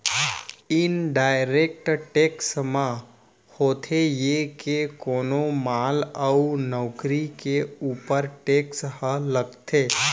indirect tax म होथे ये के कोनो माल अउ नउकरी के ऊपर टेक्स ह लगथे